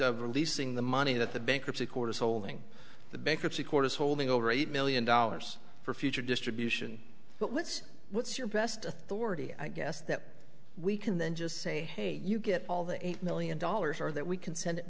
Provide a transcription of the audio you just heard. of releasing the money that the bankruptcy court is holding the bankruptcy court is holding over eight million dollars for future distribution but what's what's your best authority i guess that we can then just say hey you get all the eight million dollars or that we can send